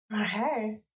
Okay